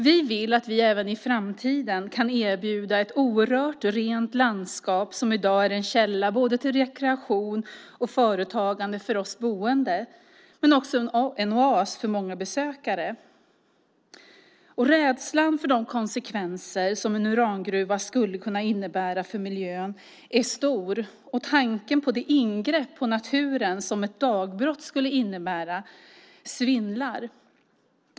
Vi vill att vi även i framtiden ska kunna erbjuda ett orört och rent landskap som i dag är en källa till både rekreation och företagande för oss boende men också en oas för många besökare. Rädslan för de konsekvenser som en urangruva skulle kunna innebära för miljön är stor, och tanken på det ingrepp i naturen som ett dagbrott skulle innebära svindlar.